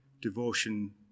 devotion